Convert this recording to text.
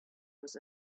was